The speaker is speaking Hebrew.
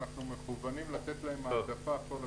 ואנחנו מכוונים לתת להם העדפה כל הזמן.